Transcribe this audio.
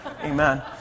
Amen